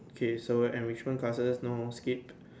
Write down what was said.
okay so enrichment classes no skip